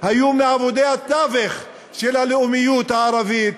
היו מעמודי התווך של הלאומיות הערבית,